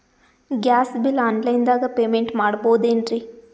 Gas bill online ದಾಗ payment ಮಾಡಬೋದೇನ್ರಿ?